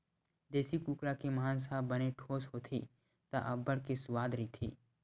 देसी कुकरा के मांस ह बने ठोस होथे त अब्बड़ के सुवाद रहिथे